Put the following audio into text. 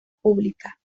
pública